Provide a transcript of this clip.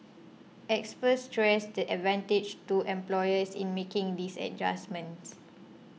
experts stressed the advantages to employers in making these adjustments